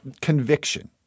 conviction